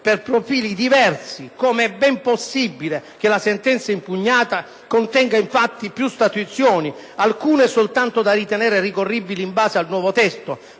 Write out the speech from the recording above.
per profili diversi, cosı come eben possibile che la sentenza impugnata contenga infatti piu statuizioni, alcune soltanto da ritenere ricorribili in base al nuovo testo,